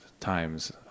times